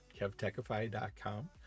kevtechify.com